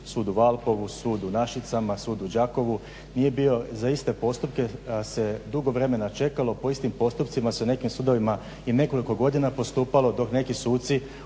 Sud u Valpovu, Sud u Našicama, Sud u Đakovu nije bio za iste postupke se dugo vremena čekalo po istim postupcima su nekim sudovima i nekoliko godina postupalo dok neki suci